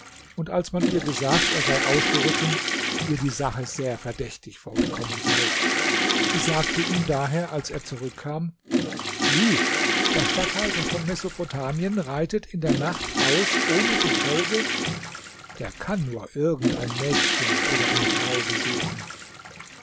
und als man ihr gesagt er sei ausgeritten ihr die sache sehr verdächtig vorgekommen sei sie sagte ihm daher als er zurückkam wie der statthalter von mesopotamien reitet in der nacht aus ohne gefolge der kann nur irgend ein mädchen oder eine frau besuchen